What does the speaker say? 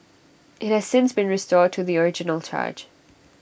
IT has since been restored to the original charge